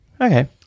Okay